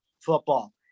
football